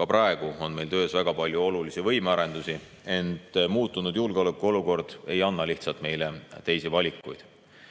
ka praegu on meil töös väga palju olulisi võimearendusi, ent muutunud julgeolekuolukord ei anna lihtsalt meile teisi valikuid.